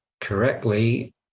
correctly